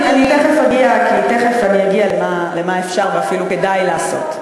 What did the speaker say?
אני תכף אגיע למה אפשר ואפילו כדאי לעשות.